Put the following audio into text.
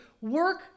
work